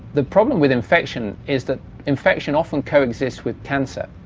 the problem with infection is that infection often co-exists with cancer,